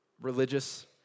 religious